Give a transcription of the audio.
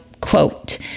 quote